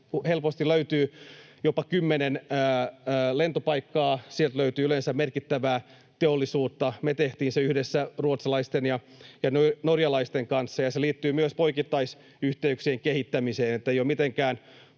helposti löytyy jopa kymmenen lentopaikkaa. Sieltä löytyy yleensä merkittävää teollisuutta. Me tehtiin se yhdessä ruotsalaisten ja norjalaisten kanssa, ja se liittyy myös poikittaisyhteyksien kehittämiseen.